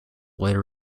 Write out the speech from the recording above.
later